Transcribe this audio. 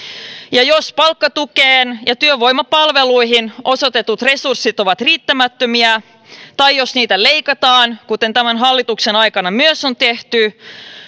ja jos palkkatukeen ja työvoimapalveluihin osoitetut resurssit ovat riittämättömiä tai jos niitä leikataan kuten tämän hallituksen aikana myös on tehty